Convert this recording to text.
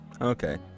Okay